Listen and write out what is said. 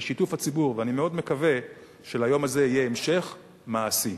ואני מאוד מקווה שליום הזה יהיה המשך מעשי.